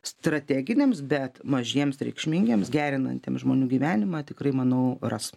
strateginiams bet mažiems reikšmingiems gerinantiems žmonių gyvenimą tikrai manau ras